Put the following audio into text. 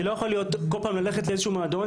אני לא יכול בכל פעם ללכת לאיזשהו מועדון,